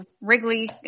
Wrigley